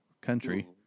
country